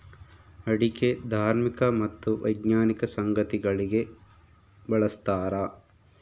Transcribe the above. ಅಡಿಕೆ ಧಾರ್ಮಿಕ ಮತ್ತು ವೈಜ್ಞಾನಿಕ ಸಂಗತಿಗಳಿಗೆ ಬಳಸ್ತಾರ